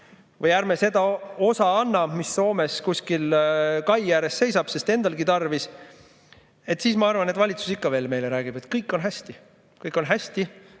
või ärme seda osa anna, mis Soomes kuskil kai ääres seisab, sest endalgi tarvis, siis ma arvan, et valitsus ikka veel räägib meile, et kõik on hästi. Kõik on hästi,